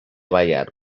ballar